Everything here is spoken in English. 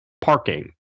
parking